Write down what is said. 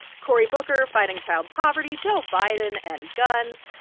cory booker fighting child poverty. joe biden and guns.